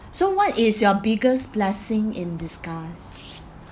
so what is your biggest blessing in disguise